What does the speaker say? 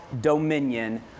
dominion